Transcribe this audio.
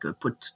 put